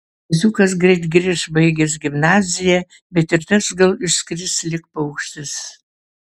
kaziukas greit grįš baigęs gimnaziją bet ir tas gal išskris lyg paukštis